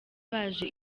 baje